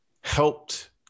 helped